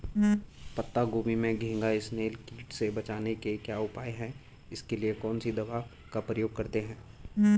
पत्ता गोभी में घैंघा इसनैल कीट से बचने के क्या उपाय हैं इसके लिए कौन सी दवा का प्रयोग करते हैं?